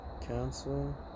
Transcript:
Cancel